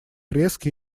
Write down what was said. резкий